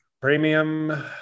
premium